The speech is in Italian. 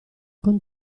con